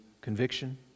conviction